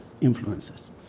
influences